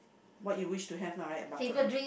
what you wish to have lah right bucket list